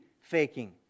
faking